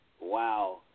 Wow